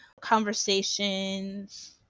conversations